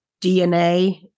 DNA